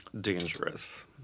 dangerous